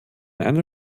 einer